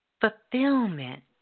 Fulfillment